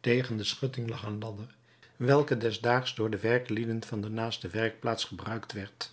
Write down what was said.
tegen de schutting lag een ladder welke des daags door de werklieden van de naaste werkplaats gebruikt werd